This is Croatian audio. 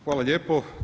Hvala lijepo.